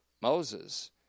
Moses